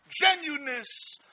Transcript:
genuineness